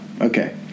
Okay